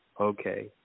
okay